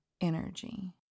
energy